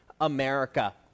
America